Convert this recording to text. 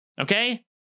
Okay